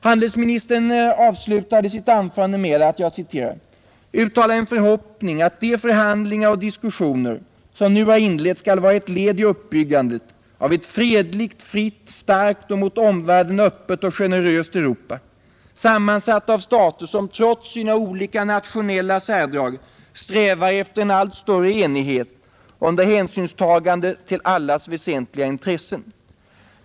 Handelsministern slutade sitt anförande med att ”uttala en förhoppning att de förhandlingar och diskussioner som nu har inletts skall vara ett led i uppbyggandet av ett fredligt, fritt, starkt och mot omvärlden öppet och generöst Europa sammansatt av stater som trots sina olika nationella särdrag strävar efter en allt större enighet under hänsynstagande till allas väsentliga intressen.